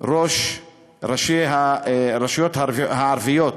יושב-ראש ועד ראשי הרשויות הערביות